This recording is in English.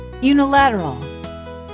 Unilateral